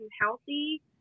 healthy